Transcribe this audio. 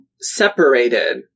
separated